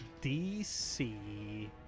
DC